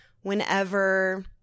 whenever